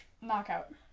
knockout